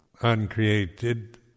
uncreated